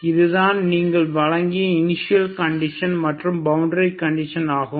இதுதான் நீங்கள் வழங்கிய இனிஷியல் கண்டிஷன் மற்றும் பவுண்டரி கண்டிஷன் ஆகும்